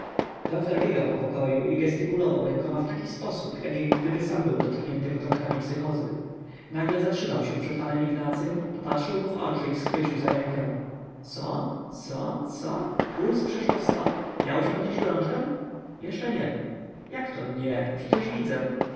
doktor biegał po pokoju i giestykulował rękoma w taki sposób jak gdyby sam był dotknięty początkami psychozy nagle zatrzymał się przed panem ignacym popatrzył mu w oczy i schwycił za rękę co co co puls przeszło sto miałeś pan dziś gorączkę jeszcze nie jakto nie przecież widzę